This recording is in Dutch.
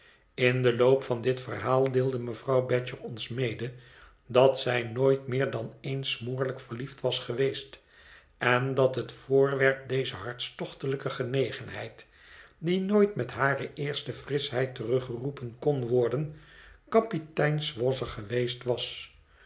in den loop van dit verhaal deelde mevrouw badger ons mede dat zij nooit meer dan eens smoorlijk verliefd was geweest en dat het voorwerp dezer hartstochtelijke genegenheid die nooit met hare eerste frischheid teruggeroepen kon worden kapitein swosser geweest was